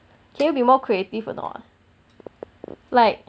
can you be more creative or not like